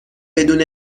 بدون